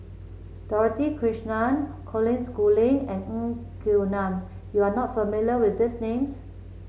Dorothy Krishnan Colin Schooling and Ng Quee Lam you are not familiar with these names